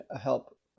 help